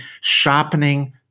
sharpening